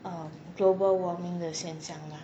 um global warming 现象吗